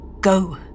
Go